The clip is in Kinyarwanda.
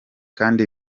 kandi